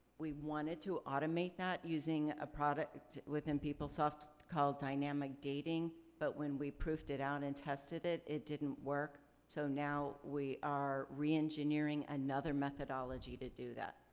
we wanted to automate that using a product within peoplesoft called dynamic dating but when we proofed it out and tested it, it didn't work. so now we are re-engineering another methodology to do that.